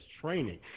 training